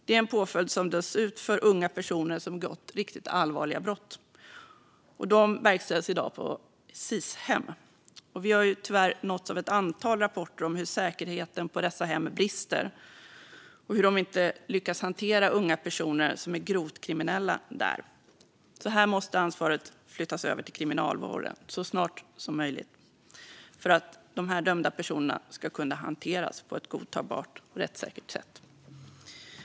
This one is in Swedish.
Det är en påföljd som döms ut för unga personer som begått riktigt allvarliga brott. Dessa påföljder verkställs i dag på Sis-hem. Vi har tyvärr fått ett antal rapporter om hur säkerheten på dessa hem brister och hur de inte lyckas hantera unga grovt kriminella personer. Här måste ansvaret flyttas över till Kriminalvården så snart som möjligt för att dessa dömda personer ska kunna hanteras på ett godtagbart och rättssäkert sätt.